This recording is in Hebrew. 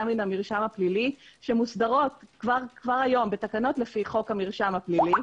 מהמרשם הפלילי שמוסדרות כבר היום בתקנות לפי חוק המרשם הפלילי,